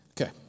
Okay